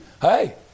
Hey